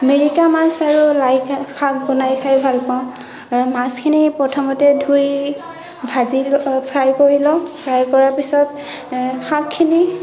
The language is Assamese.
মিৰিকা মাছ আৰু লাই শাক বনাই খায় ভাল পাওঁ মাছখিনি প্ৰথমতে ধুই ভাজি ফ্ৰাই কৰি লওঁ ফ্ৰাই কৰাৰ পিছত শাকখিনি